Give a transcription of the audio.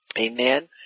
Amen